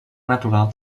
natural